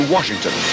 Washington